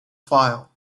file